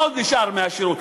מה עוד נשאר מהשירות?